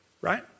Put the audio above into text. right